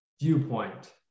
viewpoint